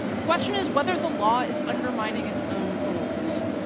the question is whether the law is undermining its own goals.